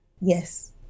yes